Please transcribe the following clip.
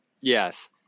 Yes